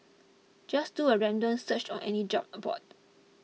just do a random search on any job aboard